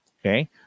Okay